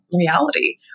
reality